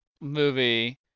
movie